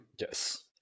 Yes